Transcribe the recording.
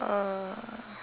uh